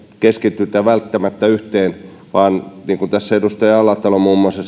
keskitytä välttämättä yhteen vaan on biodieseliä ja biokaasua niin kuin tässä muun muassa